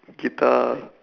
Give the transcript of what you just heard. guitar